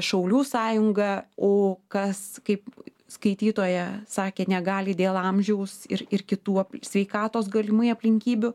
šaulių sąjunga o kas kaip skaitytoja sakė negali dėl amžiaus ir ir kitų sveikatos galimai aplinkybių